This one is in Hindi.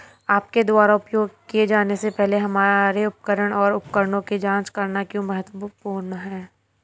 आपके द्वारा उपयोग किए जाने से पहले हमारे उपकरण और उपकरणों की जांच करना क्यों महत्वपूर्ण है?